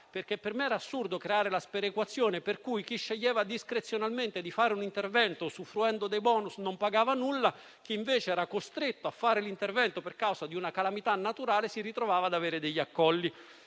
perché per me era assurdo creare la sperequazione per cui chi sceglieva discrezionalmente di fare un intervento usufruendo dei *bonus* non pagava nulla, mentre chi, invece, era costretto a fare l'intervento per causa di una calamità naturale si ritrovava ad avere degli accolli.